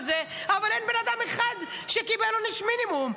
אבל אין בן אדם אחד שקיבל עונש מינימום.